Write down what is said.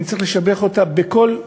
אני צריך לשבח אותה בכל שבח,